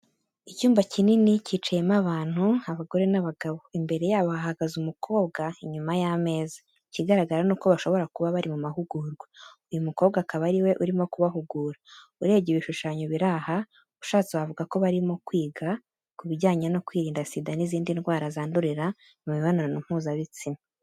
Icyumba kinini cyicayemo abantu, abagore n'abagabo, imbere yabo hahagaze umukobwa inyuma ya meza. Ikigaragara nuko bashobora kuba bari mu mahugurwa. Uyu mukobwa akaba ariwe urimo kubahugura, urebye ibishushanyo biri aha, ushatse wavuga ko barimo kwiga kubijyanye no kwirinda Sida n'izindi ndwara zandurira mu mibonano mpuzabitsina.